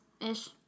ish